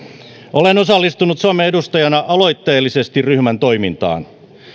olen osallistunut suomen edustajana aloitteellisesti ryhmän toimintaan